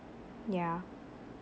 yeah